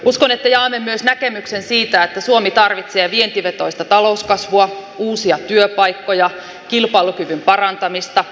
uskon että jaamme myös näkemyksen siitä että suomi tarvitsee vientivetoista talouskasvua uusia työpaikkoja kilpailukyvyn parantamista